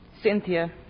Cynthia